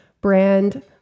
brand